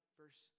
verse